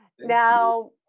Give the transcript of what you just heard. Now